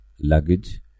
luggage